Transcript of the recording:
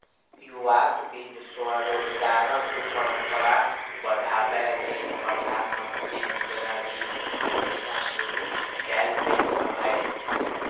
युवाक बीच स्वरोजगारक परंपरा बढ़ाबै लेल प्रधानमंत्री मुद्रा ऋण योजना शुरू कैल गेल रहै